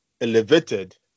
elevated